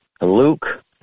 Luke